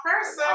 person